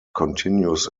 continues